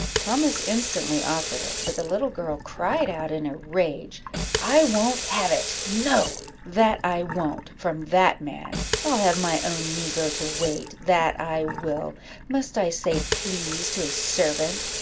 thomas instantly offered it but the little girl cried out in a rage i won't have it no! that i won't, from that man i'll have my own negro to wait that i will must i say please to a servant?